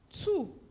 two